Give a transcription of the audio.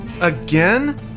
Again